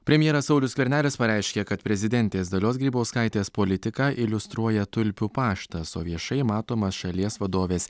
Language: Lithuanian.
premjeras saulius skvernelis pareiškė kad prezidentės dalios grybauskaitės politiką iliustruoja tulpių paštas o viešai matomas šalies vadovės